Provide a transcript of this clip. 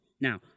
Now